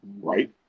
Right